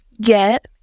get